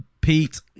pete